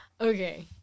Okay